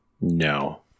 No